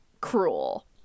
cruel